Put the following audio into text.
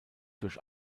durch